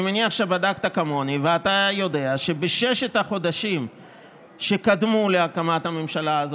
אני מניח שבדקת כמוני ואתה יודע שבששת החודשים שקדמו להקמת הממשלה הזאת,